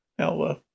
Now